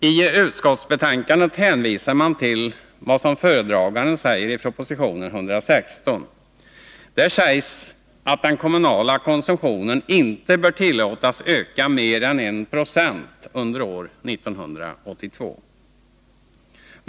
I utskottsbetänkandet hänvisar man till vad föredraganden uttalar i propositionen 116. Där sägs att den kommunala konsumtionen inte bör tillåtas öka med mer än 1 26 under år 1982.